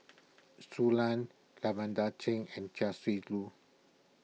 Shui Lan Lavender Chang and Chia Shi Lu